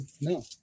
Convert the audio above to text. No